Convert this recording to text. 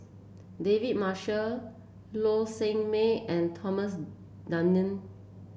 David Marshall Low Sanmay and Thomas Dunman